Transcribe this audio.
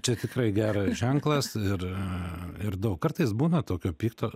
čia tikrai geras ženklas ir ir daug kartais būna tokio pikto